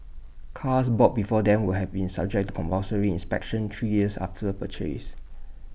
cars bought before then will have been subject to compulsory inspections three years after purchase